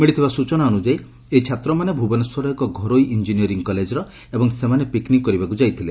ମିଳିଥିବା ସୂଚନା ଅନୁସାରେ ଏହି ଛାତ୍ରମାନେ ଭୁବନେଶ୍ୱରର ଏକ ଘରୋଇ ଇଞ୍ଞିନିୟରିଙ୍ଙ୍ କଲେଜର ଏବଂ ସେମାନେ ପିକ୍ନିକ୍ କରିବାକୁ ଯାଇଥିଲେ